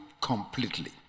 completely